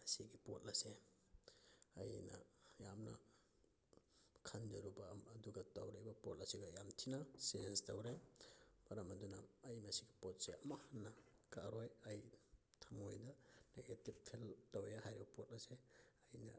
ꯑꯁꯤꯒꯤ ꯄꯣꯠ ꯑꯁꯦ ꯑꯩꯅ ꯌꯥꯝꯅ ꯈꯟꯖꯔꯨꯕ ꯑꯗꯨꯒ ꯇꯧꯔꯤꯕ ꯄꯣꯠ ꯑꯁꯤꯒ ꯌꯥꯝ ꯊꯤꯅ ꯆꯦꯟꯖ ꯇꯧꯔꯦ ꯃꯔꯝ ꯑꯗꯨꯅ ꯑꯩꯅ ꯁꯤꯒꯤ ꯄꯣꯠꯁꯦ ꯑꯃꯨꯛ ꯍꯟꯅ ꯀꯛꯑꯔꯣꯏ ꯑꯩ ꯊꯝꯃꯣꯏꯗ ꯅꯦꯒꯦꯇꯤꯞ ꯐꯤꯜ ꯇꯧꯋꯤ ꯍꯥꯏꯔꯤꯕ ꯄꯣꯠ ꯑꯁꯦ ꯑꯩꯅ